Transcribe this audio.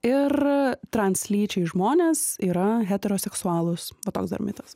ir translyčiai žmonės yra heteroseksualūs va toks dar mitas